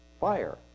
fire